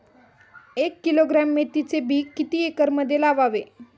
एक किलोग्रॅम मेथीचे बी किती एकरमध्ये लावावे?